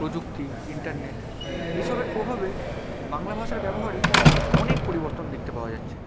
প্রযুক্তি ইন্টারনেট এইসবের প্রভাবে বাংলা ভাষার ব্যবহারে অনেক পরিবর্তন দেখতে পাওয়া যাচ্ছে